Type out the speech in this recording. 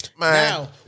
Now